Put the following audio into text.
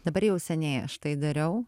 dabar jau seniai aš tai dariau